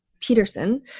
Peterson